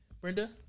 Brenda